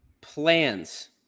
plans